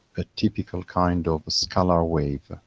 a typical kind of scalar wave.